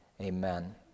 Amen